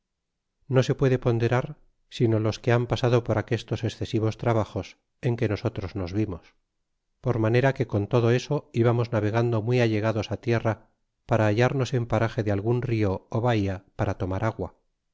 no se puede ponderar sino los que han pasado por aquestos excesivos trabajos en que nosotros nos vimos por manera que con todo eso ibarnos navegando muy allegados tierra para hallarnos en parage de algun rio ó bahía para tomar agua